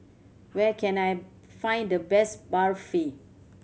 where can I find the best Barfi